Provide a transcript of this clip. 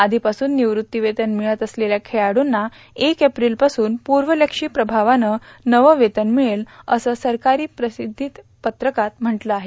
आधीपासून निवृत्ती वेतन मिळत असलेल्या खेळाडूंना एक एप्रिलपासून पूर्वलक्ष्यी प्रभावानं नवं वेतन मिळेल असं सरकारी प्रसिद्धी पत्रकात म्हटलं आहे